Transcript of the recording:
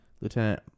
Lieutenant